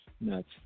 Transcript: Nuts